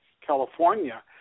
California